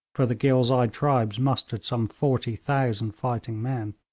for the ghilzai tribes mustered some forty thousand fighting men.